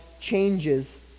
changes